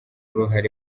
uruhare